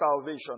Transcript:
salvation